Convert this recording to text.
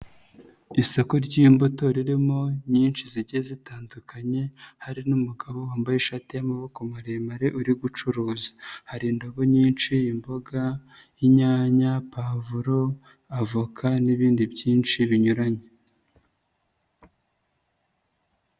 Isoko ry'imbuto ririmo nyinshi zigiye zitandukanye, hari n'umugabo wambaye ishati y'amaboko maremare uri gucuruza. Hari indobo nyinshi imboga, inyanya pavuro, avoka n'ibindi byinshi binyuranye.